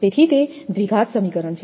તેથી તે દ્વિઘાત સમીકરણ છે